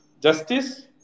Justice